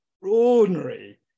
extraordinary